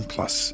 Plus